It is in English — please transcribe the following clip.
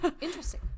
Interesting